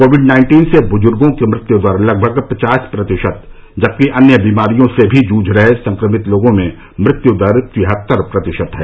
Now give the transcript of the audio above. Covid nineteen से बुजुर्गों की मृत्यु दर लगभग पचास प्रतिशत जबकि अन्य बीमारियों से भी जूझ रहे संक्रमित लोगों में मृत्यु दर तिहत्तर प्रतिशत है